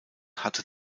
hatte